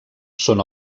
són